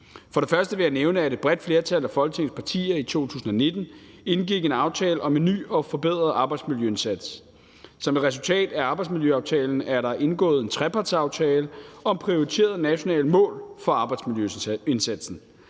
For det første vil jeg nævne, at et bredt flertal af Folketingets partier i 2019 indgik en aftale om en ny og forbedret arbejdsmiljøindsats. Som et resultat af arbejdsmiljøaftalen er der indgået en trepartsaftale om prioriterede nationale mål for arbejdsmiljøindsatsen.